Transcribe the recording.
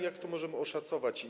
Jak to możemy oszacować?